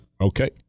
Okay